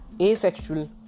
ASEXUAL